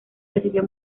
recibió